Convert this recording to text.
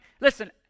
listen